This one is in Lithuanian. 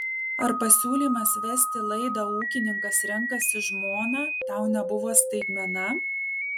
ar pasiūlymas vesti laidą ūkininkas renkasi žmoną tau nebuvo staigmena